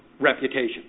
reputation